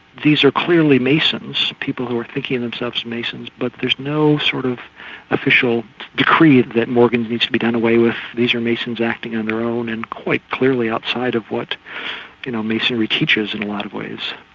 these are clearly masons, people who are thinking themselves masons, but there's no sort of official decree that morgan needs to be done away with, these are masons acting in their own and quite clearly outside of what you know masonry teaches in a lot of ways.